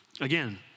again